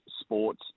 sports